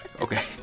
Okay